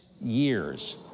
years